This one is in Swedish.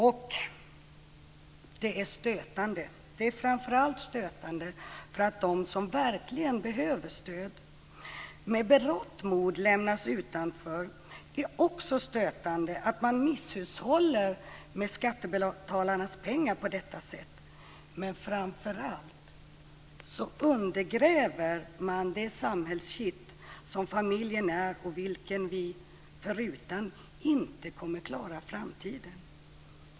Det är stötande. Det är framför allt stötande därför att de som verkligen behöver stöd med berått mod lämnas utanför. Det är också stötande att man misshushåller med skattebetalarnas pengar på detta sätt. Framför allt undergräver man det samhällskitt som familjen är, vilket vi förutan inte kommer att klara framtiden.